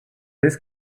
this